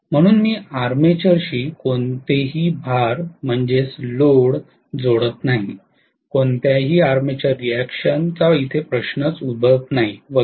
म्हणून मी आर्मेचरशी कोणतेही भार जोडत नाही कोणत्याही आर्मेचर रिअॅक्शनचा प्रश्न उद्भवत नाही वगैरे